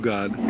God